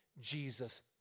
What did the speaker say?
Jesus